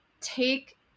take